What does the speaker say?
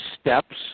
steps